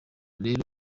rero